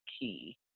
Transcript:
key